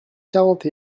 quarante